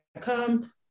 come